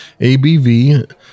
ABV